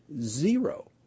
zero